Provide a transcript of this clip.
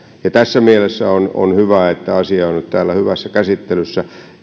tässä mielessä on on hyvä että asia on nyt täällä hyvässä käsittelyssä